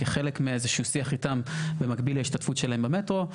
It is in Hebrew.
כחלק מאיזה שהוא שיח איתם במקביל להשתתפות שלהם במטרו.